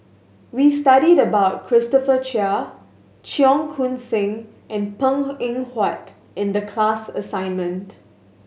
we studied about Christopher Chia Cheong Koon Seng and Png Eng Huat in the class assignment